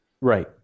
Right